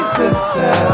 sister